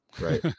Right